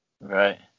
Right